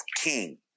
king